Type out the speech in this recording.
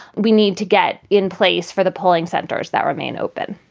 we need to get in place for the polling centers that remain open